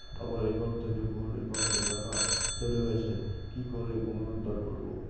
আমার একাউন্ট থেকে ভুল একাউন্টে টাকা চলে গেছে কি করে পুনরুদ্ধার করবো?